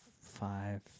five